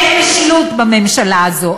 אין משילות בממשלה הזאת.